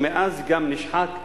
ומאז גם נשחק ב-30%.